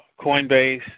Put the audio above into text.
Coinbase